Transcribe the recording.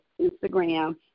Instagram